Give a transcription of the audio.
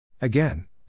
Again